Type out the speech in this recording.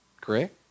Correct